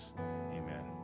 Amen